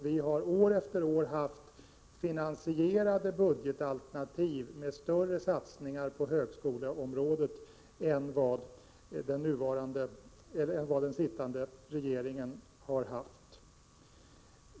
Vi har år efter år haft finansierade budgetalternativ med större satsningar på högskoleområdet än den sittande regeringen velat göra.